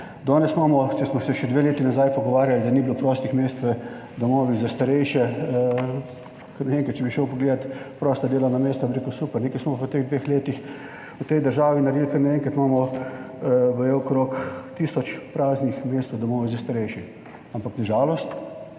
če smo se še dve leti nazaj pogovarjali, da ni bilo prostih mest v domovih za starejše, kar na enkrat, če bi šel pogledat prosta delovna mesta, bi rekel, super, nekaj smo v teh dveh letih v tej državi naredili, kar naenkrat imamo baje okrog tisoč praznih mest v domovih za starejše. Ampak na žalost